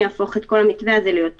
זה קורה?